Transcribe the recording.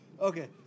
Okay